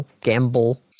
Gamble